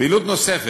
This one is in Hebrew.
פעילות נוספת: